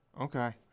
Okay